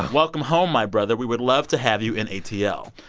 welcome home, my brother. we would love to have you in atl.